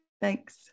Thanks